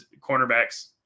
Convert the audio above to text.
cornerbacks